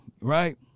right